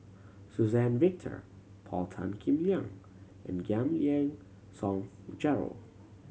Suzann Victor Paul Tan Kim Liang and Giam Yean Song Gerald